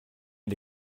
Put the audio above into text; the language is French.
mal